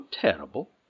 terrible